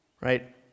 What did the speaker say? right